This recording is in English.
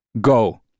go